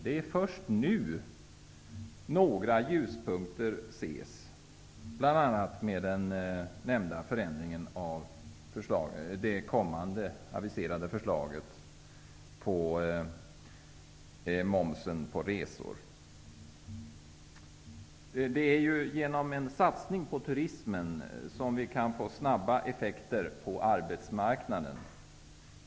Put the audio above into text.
Det är först nu som några ljuspunkter kan ses, bl.a. med det aviserade förslaget beträffande moms på resor. Genom en satsning på turismen kan vi få snabba effekter på arbetsmarknaden.